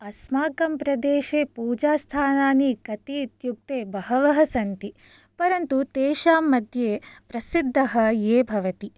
अस्माकं प्रदेशे पूजास्थानानि कति इत्युक्ते बहवः सन्ति परन्तु तेषां मध्ये प्रसिद्धः ये भवति